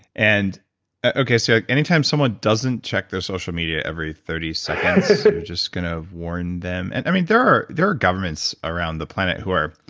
and okay, so anytime someone doesn't check their social media every thirty seconds, you're ah sort of just going to warn them. and there are there are governments around the planet who are.